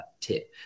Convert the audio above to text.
tip